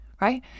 right